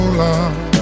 love